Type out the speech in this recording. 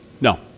No